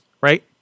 Right